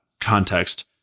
context